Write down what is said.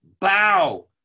bow